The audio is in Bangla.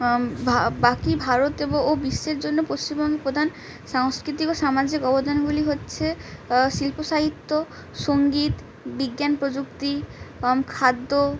বাকি ভারতব ও বিশ্বের জন্য পশ্চিমবঙ্গের প্রধান সাংস্কৃতিক ও সামাজিক অবদানগুলি হচ্ছে শিল্প সাহিত্য সঙ্গীত বিজ্ঞান প্রযুক্তি খাদ্য